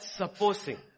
supposing